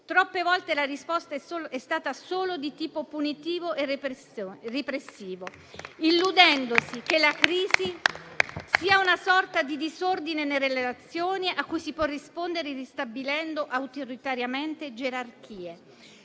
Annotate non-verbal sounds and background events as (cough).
Troppe volte la risposta è stata solo di tipo punitivo e repressivo, (applause) nell'illusione che la crisi sia una sorta di disordine nelle relazioni, a cui si può rispondere ristabilendo autoritariamente gerarchie,